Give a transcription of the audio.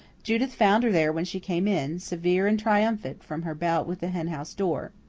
judith found her there when she came in, severe and triumphant, from her bout with the henhouse door.